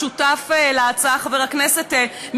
ההצעה להעביר את הצעת חוק הכניסה לישראל